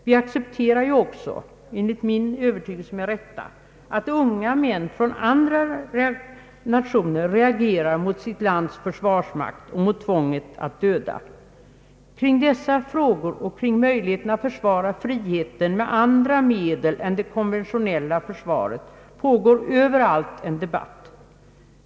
Vi accepterar också — enligt min övertygelse med rätta — att unga män från andra nationer reagerar mot sitt lands försvarsmakt och mot tvånget att döda. Kring dessa frågor och kring möjligheten att försvara friheten med andra medel än det konventionella försvaret pågår överallt en debatt.